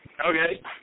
Okay